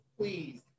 please